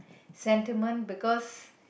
sentiment because